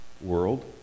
World